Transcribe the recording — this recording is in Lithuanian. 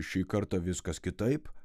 šįkartą viskas kitaip